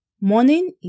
Morning